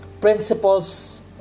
Principles